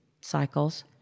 cycles